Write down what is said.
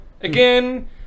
Again